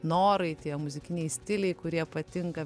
norai tie muzikiniai stiliai kurie patinka